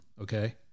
okay